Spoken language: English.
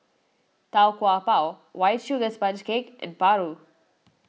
Tau Kwa Pau White Sugar Sponge Cake and Paru